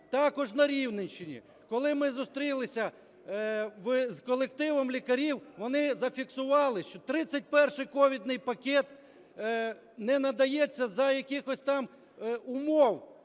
Також на Рівненщині, коли ми зустрілися з колективом лікарів, вони зафіксували, що 31-й ковідний пакет не надається за якихось там умов